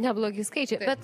neblogi skaičiai bet